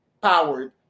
powered